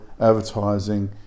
advertising